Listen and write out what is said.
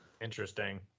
Interesting